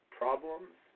problems